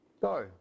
Go